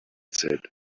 said